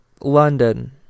London